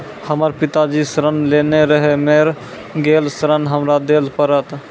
हमर पिताजी ऋण लेने रहे मेर गेल ऋण हमरा देल पड़त?